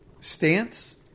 stance